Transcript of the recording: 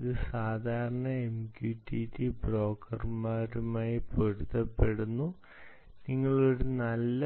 ഇത് സാധാരണ MQTT ബ്രോക്കർമാരുമായി പൊരുത്തപ്പെടുന്നു നിങ്ങൾ ഒരു നല്ല